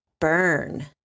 burn